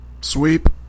Sweep